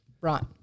Right